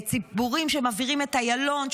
ציבורים שמבעירים את איילון,